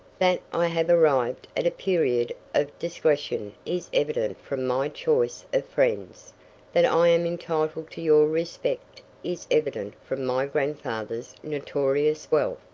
that i have arrived at a period of discretion is evident from my choice of friends that i am entitled to your respect is evident from my grandfather's notorious wealth.